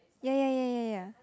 ya ya ya ya ya